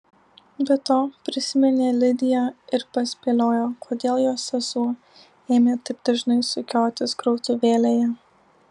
be to prisiminė lidiją ir paspėliojo kodėl jos sesuo ėmė taip dažnai sukiotis krautuvėlėje